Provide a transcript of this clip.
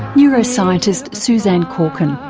neuroscientist suzanne corkin.